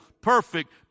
perfect